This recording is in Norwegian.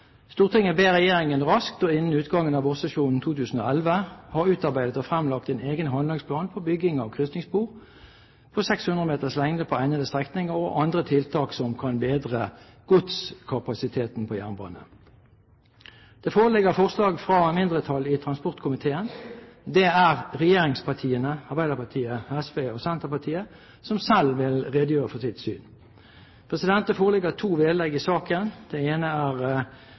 ber regjeringen raskt, og innen utgangen av vårsesjonen 2011, ha utarbeidet og fremlagt en egen handlingsplan for bygging av kryssingsspor på 600 meters lengde på egnede strekninger, og andre tiltak som kan bedre godskapasiteten på jernbanen.» Det foreligger forslag fra mindretallet i transportkomiteen. Det er regjeringspartiene – Arbeiderpartiet, SV og Senterpartiet – som selv vil redegjøre for sitt syn. Det foreligger to vedlegg i saken. Vedlegg 1 er